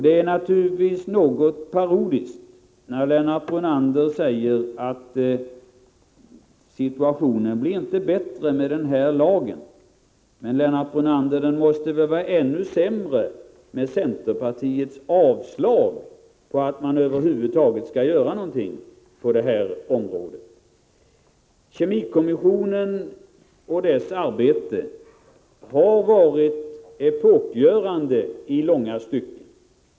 Det är naturligtvis något parodiskt när Lennart Brunander säger att situationen inte blir bättre med denna lag. Men, Lennart Brunander, det måste vara ännu sämre med centerpartiets avstyrkande av att man över huvud taget skall göra någonting på det här området. Kemikommissionens arbete har varit epokgörande i långa stycken.